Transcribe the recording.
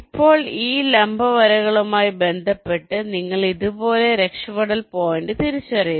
ഇപ്പോൾ ഈ ലംബ വരകളുമായി ബന്ധപ്പെട്ട് നിങ്ങൾ ഇതുപോലെയുള്ള രക്ഷപ്പെടൽ പോയിന്റ് തിരിച്ചറിയുന്നു